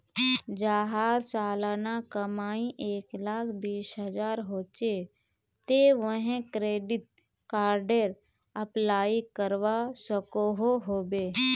जहार सालाना कमाई एक लाख बीस हजार होचे ते वाहें क्रेडिट कार्डेर अप्लाई करवा सकोहो होबे?